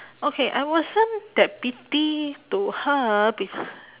okay I wasn't that petty to her bec~